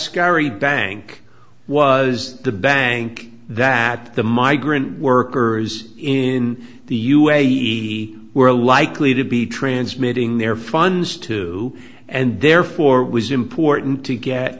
scary bank was the bank that the migrant workers in the u a e he were likely to be transmitting their funds to and therefore was important to get